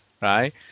right